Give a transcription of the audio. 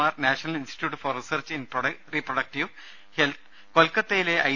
R national institute for research in reproductive health കൊൽക്കത്തയിലെ I